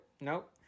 Nope